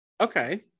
okay